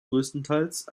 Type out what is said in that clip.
größtenteils